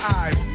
eyes